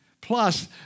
Plus